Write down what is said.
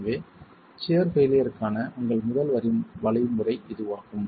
எனவே சியர் பெய்லியர்க்கான உங்கள் முதல் வழிமுறை இதுவாகும்